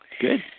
Good